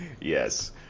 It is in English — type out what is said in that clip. Yes